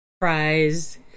prize